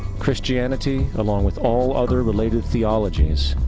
christianity, along with all other related theologies,